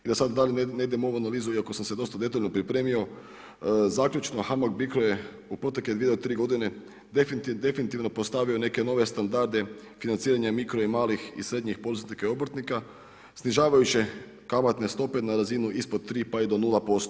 I da sad ne idem u ovu analizu iako sam se dosta detaljno pripremio, zaključno Hamag Bicro je u protekle 2 do 3 godine definitivno postavio neke nove standarde financiranja mikro i malih i srednjih poduzetnika i obrtnika, snižavajuće kamatne stope na razinu ispod 3 pa i do 0%